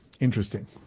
Interesting